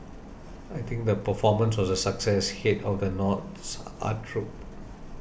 I think the performance was a success head of the North's art troupe